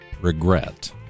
regret